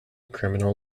criminal